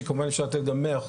שכמובן שאפשר לתת גם ב-100%,